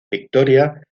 victoria